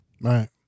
Right